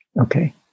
Okay